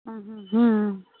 ਹਮ ਹਮ ਹਮ